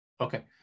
Okay